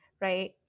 right